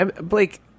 Blake